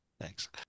Thanks